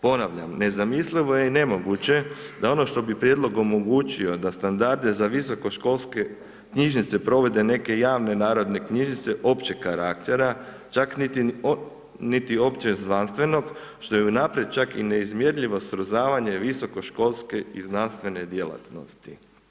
Ponavljam, nezamislivo je i nemoguće da ono što bi prijedlog omogućio da standarde za visokoškolske knjižnice provode neke javne narodne knjižnice općeg karaktera, čak niti opće znanstvenog što je u naprijed čak i neizmjerljivo srozavanje visokoškolske i znanstvene djelatnosti.